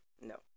No